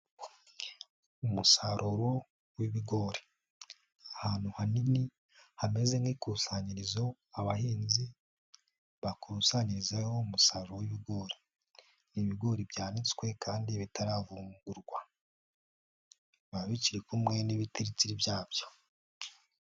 Umusaruro w'ibigori, ahantu hanini hameze nk'ikusanyirizo abahinzi bakusanyirizaho umusaruro w'ibigori, ibigori byanditswe kandi bitaravungurwa, biba bikiri kumwe n'ibitiritiri byabyo.